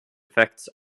effects